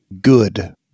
good